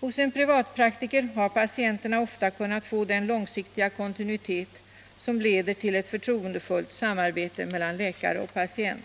Hos en privatpraktiker har patienterna ofta kunnat få den långsiktiga kontinuitet som leder till ett förtroendefullt samarbete mellan läkare och patient.